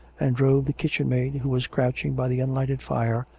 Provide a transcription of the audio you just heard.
and drove the kitchen-maid, who was crouching by the unlighted fire,